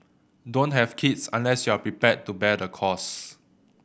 don't have kids unless you are prepared to bear the cost